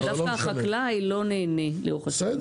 דווקא החקלאי לא נהנה לאורך השנים,